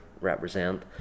represent